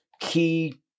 key